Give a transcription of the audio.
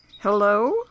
Hello